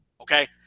Okay